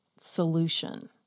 solution